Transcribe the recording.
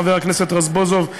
חבר הכנסת רזבוזוב,